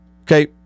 Okay